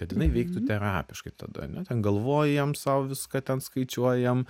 kad jinai veiktų terapiškai tada ane ten galvojam sau viską ten skaičiuojam